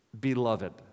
beloved